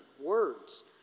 words